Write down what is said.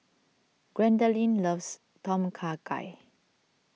Gwendolyn loves Tom Kha Gai